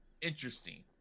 interesting